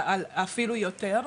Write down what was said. אפילו יותר.